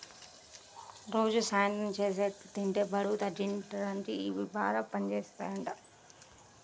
రోజూ సాయంత్రం చెస్ట్నట్స్ ని తింటే బరువు తగ్గిపోడానికి ఇయ్యి బాగా పనిజేత్తయ్యంట